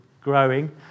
growing